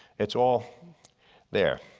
it's all there.